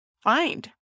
find